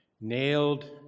nailed